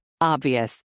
Obvious